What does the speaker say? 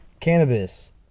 cannabis